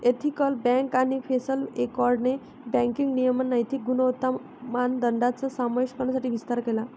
ethical bank आणि Basel एकॉर्डने banking नियमन नैतिक गुणवत्ता मानदंडांचा समावेश करण्यासाठी विस्तार केला